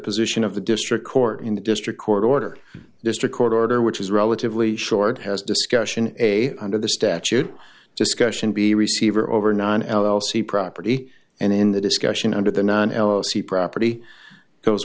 position of the district court in the district court order district court order which is relatively short has discussion a under the statute discussion be receiver over non l l c property and in the discussion under the not see property goes